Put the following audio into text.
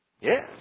Yes